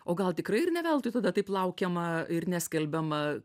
o gal tikrai ir ne veltui tada taip laukiama ir neskelbiama